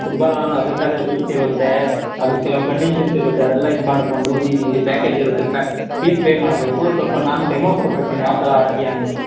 football ಅಂದರೆ ಅದಕ್ಕೆ ಅದೆ ರೂಲ್ಸ್ ಇರುತ್ತೆ ಅದಕ್ಕೆ ಕೆಲವು ಕಂಡಿಷನ್ಸ್ ಇರುತ್ತೆ ಅದೆಲ್ಲ ಇದು ಮಾಡಿಕೊಂಡು ನೀನು ಇಲ್ಲಿ ಪ್ಯಾಕೇಜ್ ಇರುತ್ತೆ ಪ್ಯಾ ಫೀಸ್ ಪೇ ಮಾಡಬೇಕು ಸ್ವಲ್ಪ ನಾನು ಡೆಮೋ ಕೊಡಬೇಕು ನೀನು ಯಾವ ಥರ ಆಡ್ತೀಯ ಅಂದ್ಬಿಟ್ಟು